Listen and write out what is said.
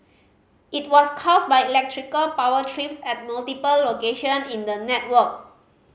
it was caused by electrical power trips at multiple location in the network